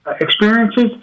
experiences